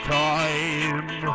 time